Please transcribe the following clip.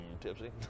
tipsy